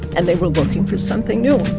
and they were looking for something new